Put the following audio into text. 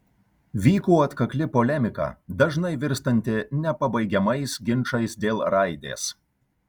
vyko atkakli polemika dažnai virstanti nepabaigiamais ginčais dėl raidės